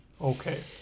Okay